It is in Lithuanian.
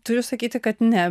turiu sakyti kad ne